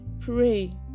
pray